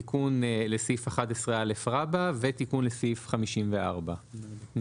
תיקון לסעיף 11א ולסעיף ותיקון לסעיף 54. אני